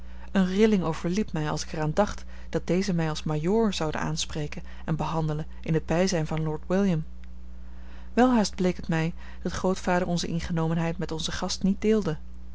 eene rilling overliep mij als ik er aan dacht dat deze mij als majoor zoude aanspreken en behandelen in het bijzijn van lord william welhaast bleek het mij dat grootvader onze ingenomenheid met onzen gast niet deelde